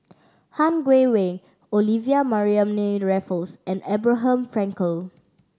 Han Guangwei Olivia Mariamne Raffles and Abraham Frankel